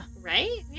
Right